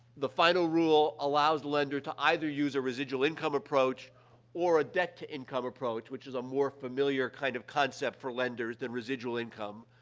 the final rule allows the lender to either use a residual income approach or a debt-to-income approach, which is a more familiar kind of concept for lenders than residual income,